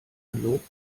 gelobt